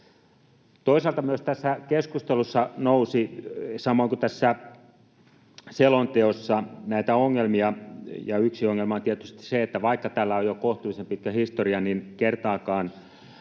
Toisaalta myös tässä keskustelussa samoin kuin tässä selonteossa nousi näitä ongelmia. Yksi ongelma on tietysti se, että vaikka tällä on jo kohtuullisen pitkä historia, niin kertaakaan